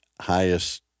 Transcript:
highest